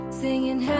singing